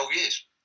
years